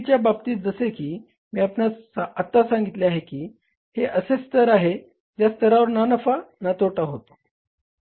च्या बाबतीत जसे की मी आपणास आता सांगितले आहे की हे असे स्तर आहे ज्या स्तरावर ना नफा ना तोटा होतो